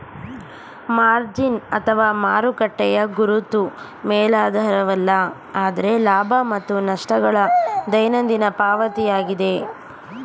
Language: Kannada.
ಮಾರ್ಜಿನ್ ಅಥವಾ ಮಾರುಕಟ್ಟೆಯ ಗುರುತು ಮೇಲಾಧಾರವಲ್ಲ ಆದ್ರೆ ಲಾಭ ಮತ್ತು ನಷ್ಟ ಗಳ ದೈನಂದಿನ ಪಾವತಿಯಾಗಿದೆ